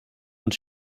und